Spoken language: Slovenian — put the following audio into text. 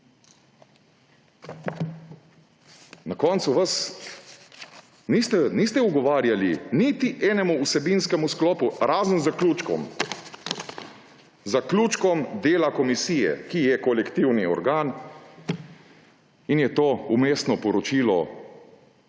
skupaj. Niste ugovarjali niti enemu vsebinskemu sklopu, razen zaključkom dela komisije, ki je kolektivni organ in je to vmesno poročilo